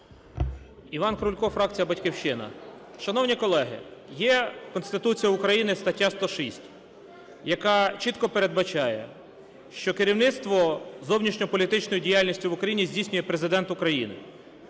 Іван Крулько, фракція "Батьківщина". Шановні колеги, є Конституція України, стаття 106, яка чітко передбачає, що керівництво зовнішньополітичної діяльності в Україні здійснює Президент України.